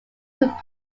could